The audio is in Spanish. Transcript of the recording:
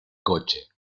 coche